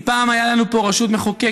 אם פעם הייתה לנו פה רשות מחוקקת,